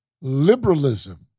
liberalism